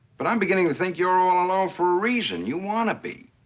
but i'm beginning to think you're all alone for a reason. you want to be.